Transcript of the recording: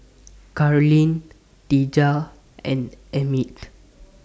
Carleen Dejah and Emmit